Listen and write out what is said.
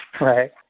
Right